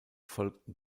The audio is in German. folgten